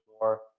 more